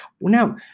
Now